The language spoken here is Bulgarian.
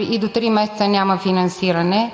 и до три месеца няма финансиране,